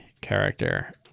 character